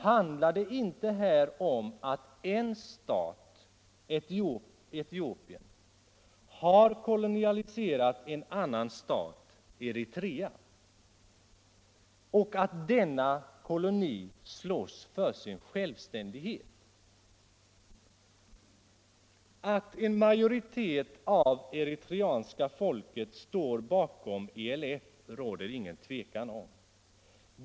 Handlar det inte här om att en stat, Etiopien, har koloniserat en annan stat, Eritrea, och att denna koloni slåss för sin självständighet? Att en majoritet av eritreanska folket står bakom ELF råder det ingen tvekan om.